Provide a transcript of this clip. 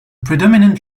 predominant